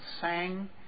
sang